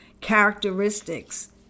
characteristics